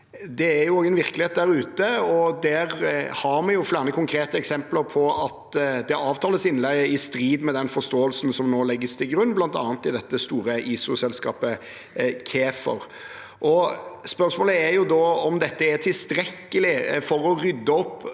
det er jo en virkelighet der ute, og der har vi flere konkrete eksempler på at det avtales innleie i strid med den forståelsen som nå legges til grunn, bl.a. i dette store ISOselskapet KAEFER. Spørsmålet er om dette er tilstrekkelig for å rydde opp